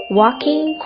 walking